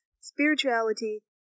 spirituality